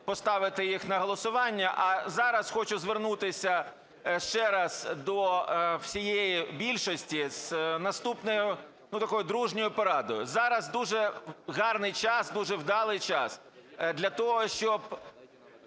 поставити їх на голосування, а зараз хочу звернутися ще раз до всієї більшості з наступною такою дружньою порадою. Зараз дуже гарний час, дуже вдалий час для того, щоб